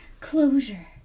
Closure